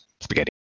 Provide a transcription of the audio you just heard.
spaghetti